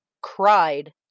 cried